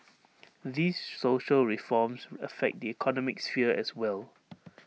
these social reforms affect the economic sphere as well